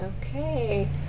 Okay